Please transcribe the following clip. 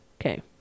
Okay